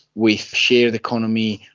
with a shared economy,